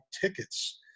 tickets